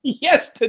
Yes